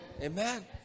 Amen